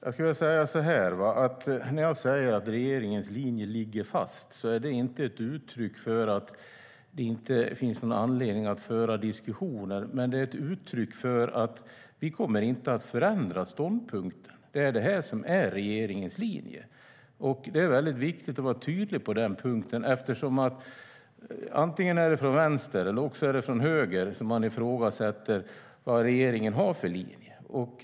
Fru talman! När jag säger att regeringens linje ligger fast är det inte ett uttryck för att det inte finns någon anledning att föra diskussioner, men det är ett uttryck för att vi inte kommer att ändra ståndpunkt. Det är det här som är regeringens linje. Det är viktigt att vara tydlig på den punkten. Man ifrågasätter både från vänster och från höger vilken linje regeringen har.